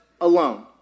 alone